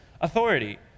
authority